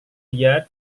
dia